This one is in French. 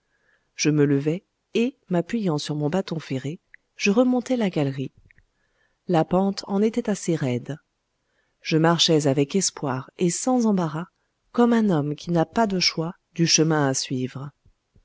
je me levai et m'appuyant sur mon bâton ferré je remontai la galerie la pente en était assez raide je marchais avec espoir et sans embarras comme un homme qui n'a pas de choix du chemin à suivre